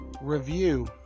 Review